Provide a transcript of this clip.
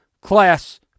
class